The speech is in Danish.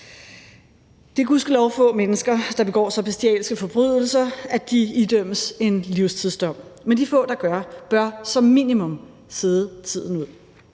er gudskelov få mennesker, der begår så bestialske forbrydelser, at de idømmes en livstidsdom. Men de få, der gør, bør som minimum sidde tiden ud.